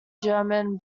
german